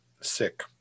sick